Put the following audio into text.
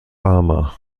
farmer